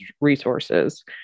resources